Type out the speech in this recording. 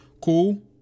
cool